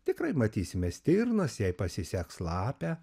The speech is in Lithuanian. tikrai matysime stirnas jei pasiseks lapę